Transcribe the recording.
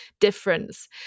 difference